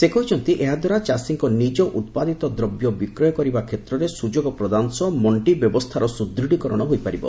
ସେ କହିଛନ୍ତି ଏହାଦ୍ୱାରା ଚାଷୀଙ୍କ ନିକ ଉତ୍ପାଦିତ ଦ୍ରବ୍ୟ ବିକ୍ରୟ କରିବା କ୍ଷେତ୍ରରେ ସୁଯୋଗ ପ୍ରଦାନ ସହ ମଣ୍ଡି ବ୍ୟବସ୍ଥାର ସୁଦୂତ୍ୱୀକରଣ ହୋଇପାରିବ